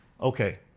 okay